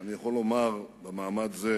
אני יכול לומר במעמד זה